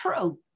true